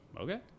okay